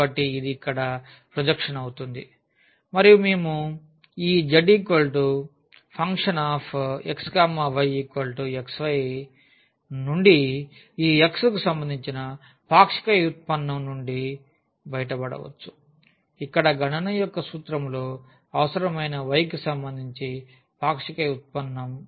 కాబట్టి ఇది ఇక్కడ ప్రొజెక్షన్ అవుతుంది మరియు మేము ఈ z fx y xy నుండి ఈ x కు సంబంధించి పాక్షిక వ్యుత్పన్నం నుండి బయటపడవచ్చు ఇక్కడ గణన యొక్క సూత్రంలో అవసరమైన y కి సంబంధించి పాక్షిక ఉత్పన్నం